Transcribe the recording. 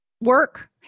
work